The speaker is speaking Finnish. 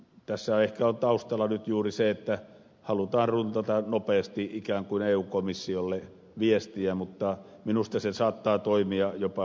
tässä ehkä on nyt taustalla juuri se että halutaan ikään kuin runtata nopeasti eu komissiolle viestiä mutta minusta se saattaa toimia jopa päinvastoin